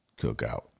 Cookout